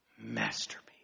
masterpiece